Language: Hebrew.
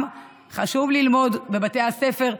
גם חשוב ללמוד אותה בבתי הספר,